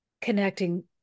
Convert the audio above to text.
connecting